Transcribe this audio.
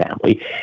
family